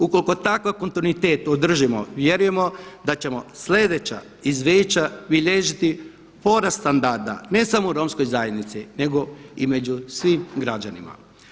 Ukoliko takav kontinuitet održimo vjerujemo da ćemo sljedeća izvješća bilježiti porast standarda ne samo u Romskoj zajednici nego i među svim građanima.